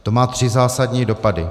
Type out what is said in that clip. To má tři zásadní dopady.